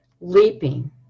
leaping